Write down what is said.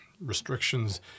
restrictions